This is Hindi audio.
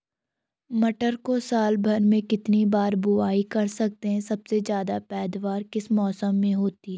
मटर को साल भर में कितनी बार बुआई कर सकते हैं सबसे ज़्यादा पैदावार किस मौसम में होती है?